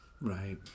Right